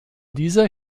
dieser